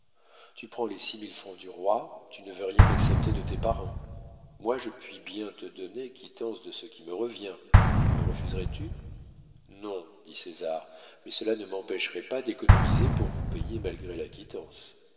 tu prends les six mille francs du roi tu ne veux rien accepter de tes parents moi je puis bien te donner quittance de ce qui me revient me refuserais tu non dit césar mais cela ne m'empêcherait pas d'économiser pour vous payer malgré la quittance